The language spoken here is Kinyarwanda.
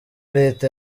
leta